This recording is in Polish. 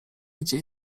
gdzie